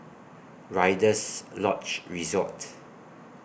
Rider's Lodge Resort